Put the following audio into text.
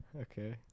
okay